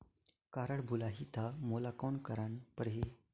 Card भुलाही ता मोला कौन करना परही?